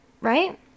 Right